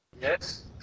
Yes